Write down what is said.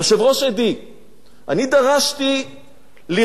אני דרשתי לראות איזה סוג של שקיפות.